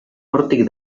hortik